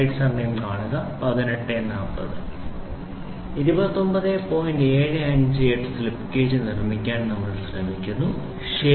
758 ന് slip gauge നിർമ്മിക്കാൻ നമ്മൾ ശ്രമിക്കുന്നു ശരി